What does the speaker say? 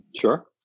sure